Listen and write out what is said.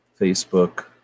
Facebook